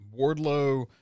Wardlow